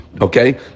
okay